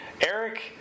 Eric